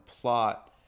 plot